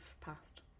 passed